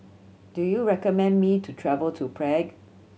do you recommend me to travel to Prague